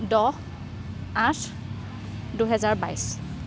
দহ আঠ দুহেজাৰ বাইছ